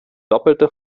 doppelter